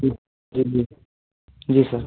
जी जी जी जी सर